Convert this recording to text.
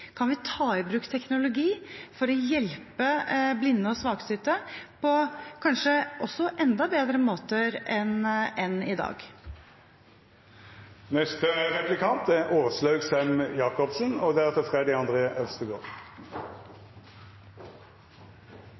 kan ta i bruk teknologi for å hjelpe blinde og svaksynte på kanskje enda bedre måter enn i dag. Representanten viste i sitt innlegg til det gode samarbeidet som regjeringen har hatt med Venstre og